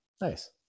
Nice